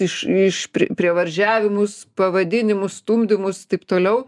iš iš prievarževimus pavadinimus stumdymus taip toliau